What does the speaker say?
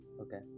Okay